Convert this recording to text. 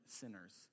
sinners